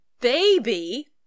baby